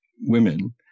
women